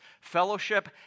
fellowship